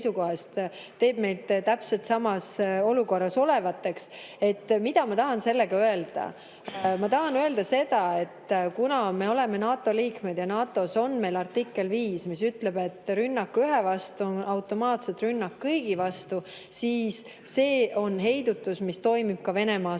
oleme täpselt samas olukorras. Mida ma tahan sellega öelda? Ma tahan öelda seda, et kuna me oleme NATO liikmed ja NATO [lepingus] on artikkel 5, mis ütleb, et rünnak ühe vastu on automaatselt rünnak kõigi vastu, siis see on heidutus, mis toimib ka Venemaa